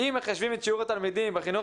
"אם מחשבים את שיעור התלמידים בחינוך